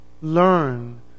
learn